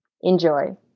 Enjoy